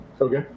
Okay